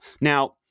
Now